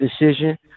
decision